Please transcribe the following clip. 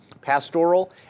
pastoral